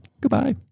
goodbye